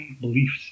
beliefs